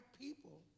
people